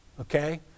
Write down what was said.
Okay